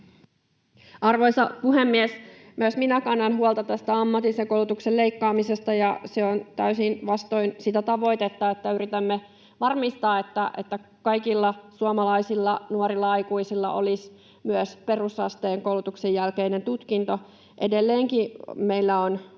Arvoisa puhemies! Myös minä kannan huolta tästä ammatillisen koulutuksen leikkaamisesta, ja se on täysin vastoin sitä tavoitetta, että yritämme varmistaa, että kaikilla suomalaisilla nuorilla aikuisilla olisi myös perusasteen koulutuksen jälkeinen tutkinto. Edelleenkin meillä —